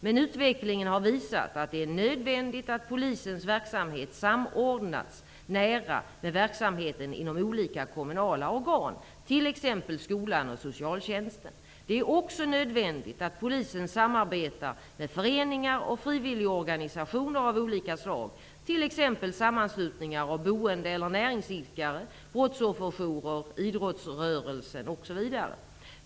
Men utvecklingen har visat att det är nödvändigt att polisens verksamhet samordnas nära med verksamheten inom olika kommunala organ, t.ex. skolan och socialtjänsten. Det är också nödvändigt att polisen samarbetar med föreningar och frivilligorganisationer av olika slag, t.ex. sammanslutningar av boende eller näringsidkare, brottsofferjourer, idrottsrörelsen, osv.